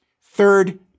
Third